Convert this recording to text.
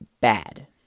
bad